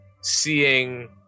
seeing